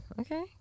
Okay